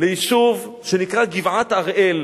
ליישוב שנקרא גבעת-הראל,